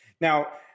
Now